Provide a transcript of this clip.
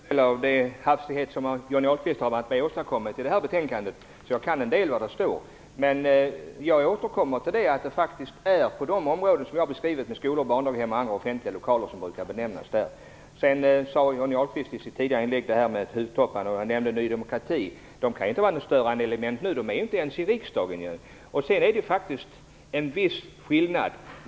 Herr talman! Jag har faktiskt sett en del av den hafsighet som Johnny Ahlqvist har varit med och åstadkommit i det här betänkandet, så jag vet en del om vad som står i det. Jag vidhåller att det är - skolor, barndaghem och andra offentliga lokaler - som brukar nämnas i detta sammanhang. Johnny Ahlqvist talade i ett tidigare inlägg om tuvhoppande och nämnde Ny demokrati. Det partiet kan ju inte vara något störande element nu; det finns ju inte ens i riksdagen. Det är faktiskt också en viss skillnad.